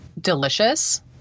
delicious